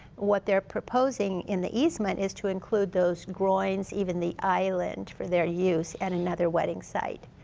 what they're proposing in the easement is to include those groins even the island for their use and another wedding site,